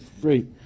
free